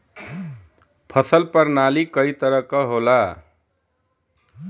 फसल परनाली कई तरह क होला